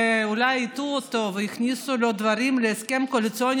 ואולי הטעו אותו והכניסו לו להסכם הקואליציוני